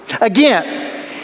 Again